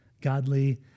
godly